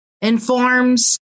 informs